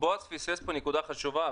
בועז פספס פה נקודה חשובה.